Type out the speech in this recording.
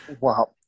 wow